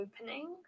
opening